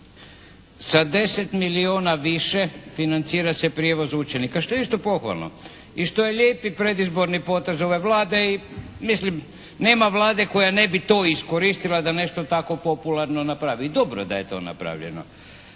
Sa 10 milijuna više financira se prijevoz učenika što je isto pohvalno i što je lijepi predizborni potez ove Vlade i mislim nema Vlade koja ne bi to iskoristila da nešto tako popularno napravi, i dobro da je to napravljeno.